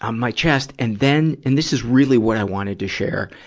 um my chest. and then, and this is really what i wanted to share,